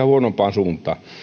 huonompaan suuntaan